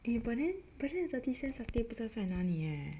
eh but then but then the thirty cent satay 不知道在哪里 eh